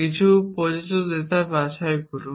কিছু প্রযোজ্য ডেটা বাছাই করুন